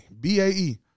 B-A-E